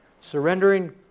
Surrendering